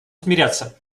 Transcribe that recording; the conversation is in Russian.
смиряться